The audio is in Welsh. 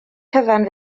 cyfan